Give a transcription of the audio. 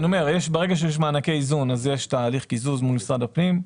ברגע שיש מענקי איזון אז יש תהליך קיזוז מול משרד הפנים.